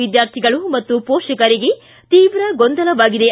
ವಿದ್ಯಾರ್ಥಿಗಳು ಮತ್ತು ಪೋಷಕರಿಗೆ ತೀವ್ರ ಗೊಂದಲವಾಗಿದೆ